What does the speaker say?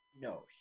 No